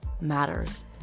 matters